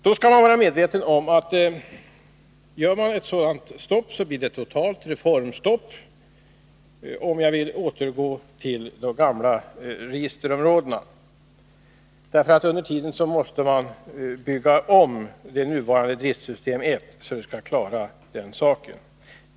Man skall vara medveten om att ett sådant stopp och en återgång till de gamla registerområdena innebär ett totalt reformstopp — under tiden måste man nämligen bygga om nuvarande driftsystem I, så att det klarar den saken.